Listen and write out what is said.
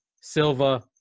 Silva